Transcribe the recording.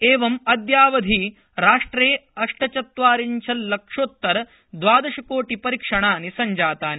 एवं अद्यावधि राष्ट्रे अष्टचत्वारिंशल्लक्षोत्तर द्वादशकोटिपरीक्षणानि संजातानि